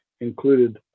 included